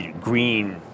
green